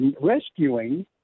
rescuing